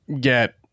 get